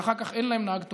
ואחר כך אין להם נהג תורן.